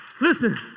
listen